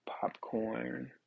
popcorn